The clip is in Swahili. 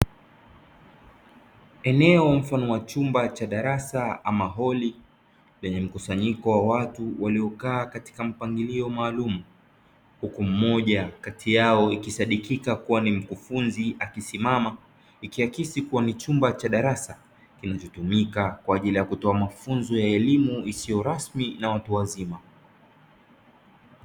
Eneo mfano wa chumba cha darasa ama holi lenye mkusanyiko wa watu waliokaa katika mpangilio maalum, huku mmoja kati yao ikisadikika kuwa ni mkufunzi akisimama ikiakisi kuwa ni chumba cha darasa kinachotumika kwa ajili ya kutoa mafunzo ya elimu isiyo rasmi na watu wazima.